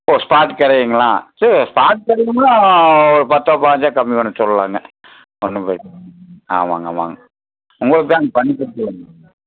ஓ spot கிரையங்களா சரி spot கிரையம்ன்னா ஒரு பத்தோ பயினஞ்சோ கம்மி பண்ண சொல்லலாங்க ஒன்றும் பிரச்சனை இல்லை ஆமாங்க ஆமாங்க உங்களுக்காண்டி பண்ணிக்கொடுத்துறலாங்க ம்